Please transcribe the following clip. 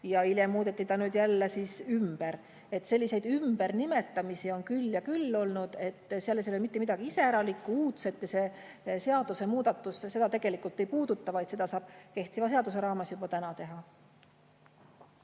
ja hiljem muudeti ta nüüd jälle ümber. Selliseid ümbernimetamisi on küll ja küll olnud. Selles ei ole mitte midagi iseäralikku, uudset. See seadusemuudatus seda tegelikult ei puuduta, vaid seda saab kehtiva seaduse raames juba täna teha.